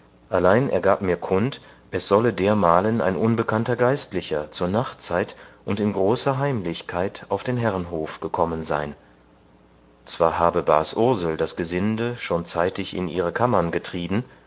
allein er gab mir kund es sollte dermalen ein unbekannter geistlicher zur nachtzeit und in großer heimlichkeit auf den herrenhof gekommen sein zwar habe bas ursel das gesinde schon zeitig in ihre kammern getrieben